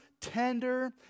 tender